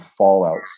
fallouts